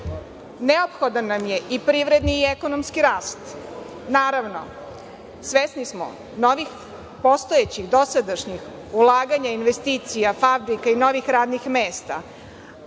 nastaviti. Neophodan nam je i privredni i ekonomski rast. Naravno, svesni smo novih, postojećih, dosadašnjih ulaganja, investicija, fabrika i novih radnih mesta,